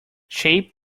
shape